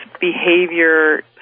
behavior